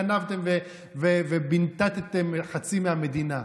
וגנבתם ובינטתם חצי מהמדינה.